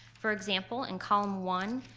for example, in column one,